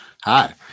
Hi